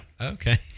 Okay